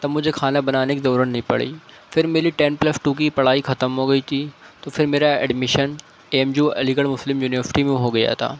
تب مجھے کھانا بنانے کی ضرورت نہیں پڑی پھر میری ٹین پلس ٹو کی پڑھائی ختم ہو گئی تھی تو پھر مرا admission A M U Aligarh Muslim University میں ہو گیا تھا